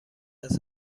است